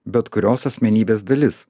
bet kurios asmenybės dalis